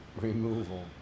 Removal